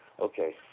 okay